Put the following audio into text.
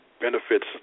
benefits